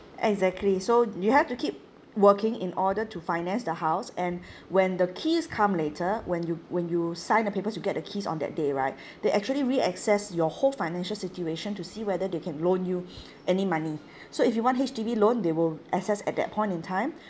exactly so you have to keep working in order to finance the house and when the keys come later when you when you sign the papers you get the keys on that day right they actually reassess your whole financial situation to see whether they can loan you any money so if you want H_D_B loan they will assess at that point in time